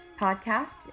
podcast